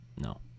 No